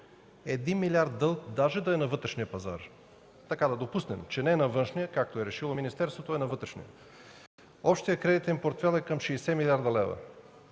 милиард дълг, даже да е на вътрешния пазар, да допуснем, че не е на външния, както е решило министерството, а е на вътрешния. Общият кредитен портфейл е към 60 млрд. лв.